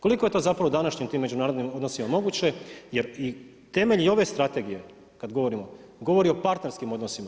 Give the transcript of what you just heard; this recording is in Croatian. Koliko je to zapravo današnjim tim međunarodnim odnosima moguće jer i temelji ove strategije, kada govorimo, govori o partnerskim odnosima.